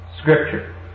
Scripture